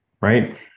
right